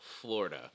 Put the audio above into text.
Florida